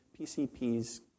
PCP's